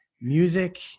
music